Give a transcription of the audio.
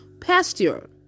pasture